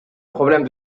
problèmes